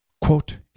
Quote